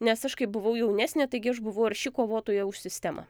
nes aš kai buvau jaunesnė taigi aš buvau arši kovotoja už sistemą